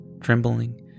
trembling